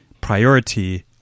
priority